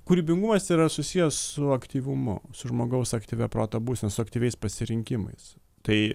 kūrybingumas yra susiję su aktyvumu su žmogaus aktyvia proto būsena su aktyviais pasirinkimais tai